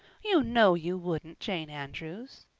you know you wouldn't, jane andrews!